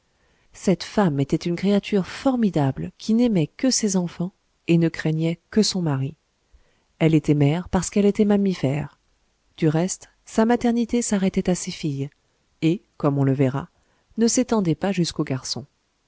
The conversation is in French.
cette femme était une créature formidable qui n'aimait que ses enfants et ne craignait que son mari elle était mère parce qu'elle était mammifère du reste sa maternité s'arrêtait à ses filles et comme on le verra ne s'étendait pas jusqu'aux garçons